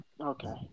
Okay